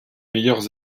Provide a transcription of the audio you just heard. meilleurs